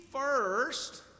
first